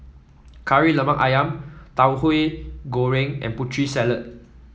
Kari Lemak ayam Tauhu Goreng and Putri Salad